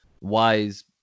wise